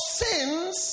sins